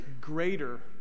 greater